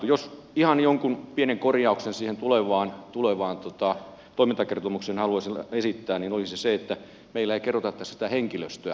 jos ihan jonkin pienen korjauksen siihen tulevaan toimintakertomukseen haluaisin esittää niin se olisi se että meille ei kerrota tässä henkilöstöä